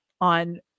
on